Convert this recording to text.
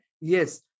yes